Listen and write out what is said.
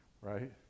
Right